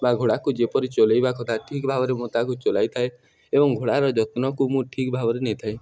ବା ଘୋଡ଼ାକୁ ଯେପରି ଚଲାଇବା କଥା ଠିକ୍ ଭାବରେ ମୁଁ ତାହାକୁ ଚଲାଇଥାଏ ଏବଂ ଘୋଡ଼ାର ଯତ୍ନକୁ ମୁଁ ଠିକ୍ ଭାବରେ ନେଇଥାଏ